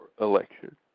election